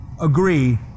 agree